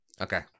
Okay